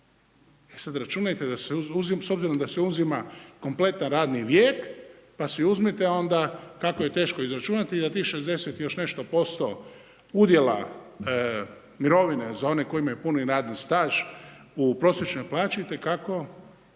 E sad računajte, s obzirom da se uzima kompletan radni vijek, pa si uzmite onda kako je teško izračunati da tih 60 i još nešto posto udjela mirovina za one koji imaju puni radni staž u prosječnoj plaći itekako